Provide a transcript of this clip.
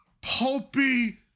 pulpy